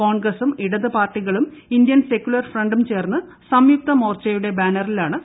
കോൺഗ്രസും ഇടത് പാർട്ടികളും ഇന്ത്യൻ സെക്യുലർ ഫ്രണ്ടും ചേർന്ന് സംയുക്ത മോർച്ചയുടെ ബാനറിലാണ് മത്സരിക്കുന്നത്